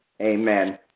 Amen